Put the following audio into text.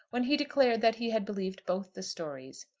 when he declared that he had believed both the stories.